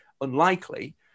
unlikely